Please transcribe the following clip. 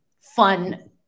fun